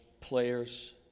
players